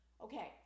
Okay